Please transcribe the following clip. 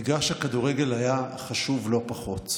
מגרש הכדורגל היה חשוב לא פחות.